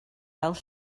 fel